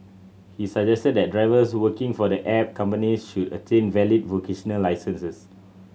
he suggested that drivers working for the app companies should attain valid vocational licences